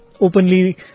openly